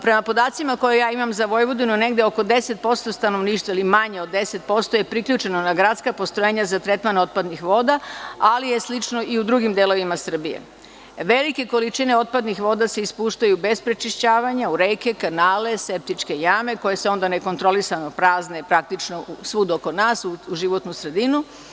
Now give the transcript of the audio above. Prema podacima koje ja imam za Vojvodinu, negde oko 10% stanovništva ili manje od 10% je priključeno na gradska postrojenja za tretman otpadnih voda, ali je slično i u drugim delovima Srbije. velike količine otpadnih voda se ispuštaju bez prečišćavanja u reke, kanale, septičke jame, koje se onda nekontrolisano prazne, praktično svuda oko nas u životnu sredinu.